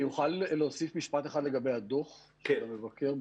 אני אוכל להוסיף משפטו אחד לגבי הדוח של המבקר,